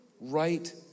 right